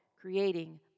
creating